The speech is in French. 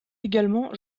également